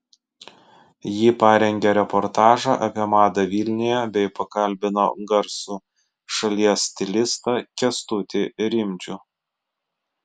ji parengė reportažą apie madą vilniuje bei pakalbino garsų šalies stilistą kęstutį rimdžių